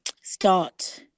start